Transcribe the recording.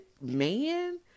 Man